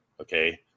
okay